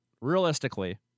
realistically